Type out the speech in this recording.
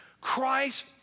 Christ